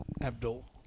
Abdul